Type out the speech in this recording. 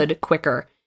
quicker